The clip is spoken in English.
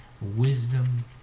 wisdom